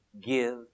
give